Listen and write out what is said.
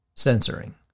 censoring